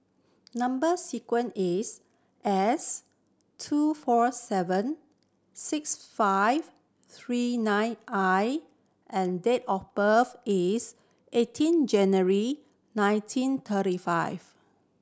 number sequence is S two four seven six five three nine I and date of birth is eighteen January nineteen thirty five